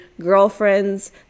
Girlfriends